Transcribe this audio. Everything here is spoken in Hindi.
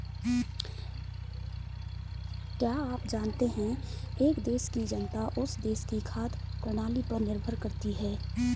क्या आप जानते है एक देश की जनता उस देश की खाद्य प्रणाली पर निर्भर करती है?